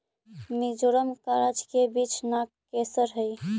मिजोरम का राजकीय वृक्ष नागकेसर हई